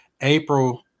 April